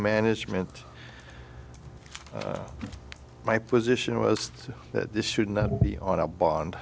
management my position was that this should not be on a bond